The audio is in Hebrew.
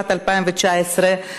התשע"ט 2019,